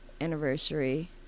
anniversary